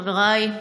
חבריי,